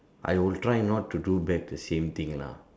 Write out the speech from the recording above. I would try not to do back the same thing lah